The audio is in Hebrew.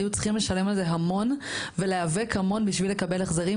היו צריכים לשלם על זה המון ולהיאבק המון בשביל לקבל החזרים,